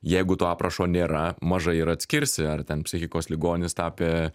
jeigu to aprašo nėra mažai ir atskirsi ar ten psichikos ligonis tapė